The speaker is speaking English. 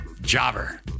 Jobber